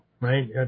Right